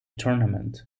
tournament